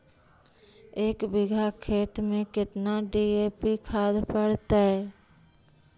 एक बिघा खेत में केतना डी.ए.पी खाद पड़तै?